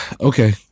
okay